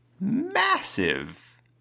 massive